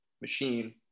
machine